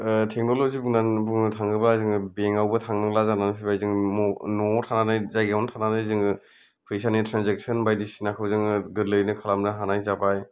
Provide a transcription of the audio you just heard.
ओ टेक्न'लजि बुंनो थाङोबा जोङो बेंक आवबो थांनांला जाना फैबाय जों न'आव थानानै जायगायावनो थानानै जोङो फैसानि ट्रान्सेक्सन बायदिसिनाखौ जोङो गोरलैयैनो खालामनो हानाय जाबाय